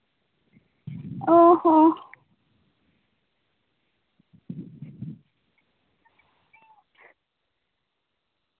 ᱚ ᱦᱚ